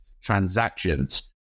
transactions